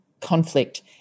conflict